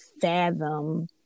fathom